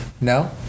No